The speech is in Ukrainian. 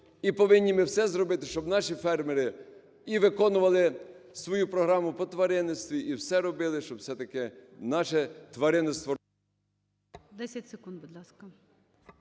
І повинні ми все зробити, щоб наші фермери і виконували свою програму по тваринництву і все робили, щоб все-таки наше тваринництво…